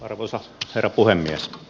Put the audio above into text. arvoisa herra puhemies